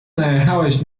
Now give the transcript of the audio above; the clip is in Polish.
najechałeś